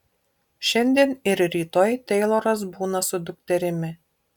šiandien ir rytoj teiloras būna su dukterimi